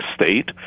State